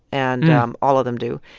and um all of them do.